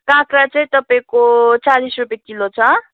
काँक्रा चाहिँ तपाईँको चालिस रुपियाँ किलो छ